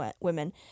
women